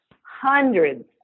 hundreds